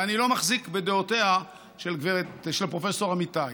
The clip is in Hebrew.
ואני לא מחזיק בדעותיה של פרופ' אמיתי.